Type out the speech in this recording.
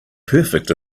perfect